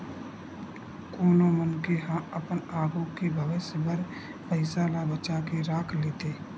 कोनो मनखे ह अपन आघू के भविस्य बर पइसा ल बचा के राख लेथे